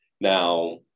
now